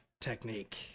technique